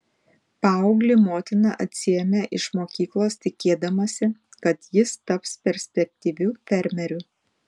paauglį motina atsiėmė iš mokyklos tikėdamasi kad jis taps perspektyviu fermeriu